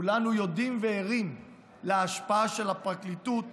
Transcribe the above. כולנו יודעים, וערים להשפעה של הפרקליטות כאן,